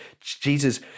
Jesus